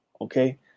okay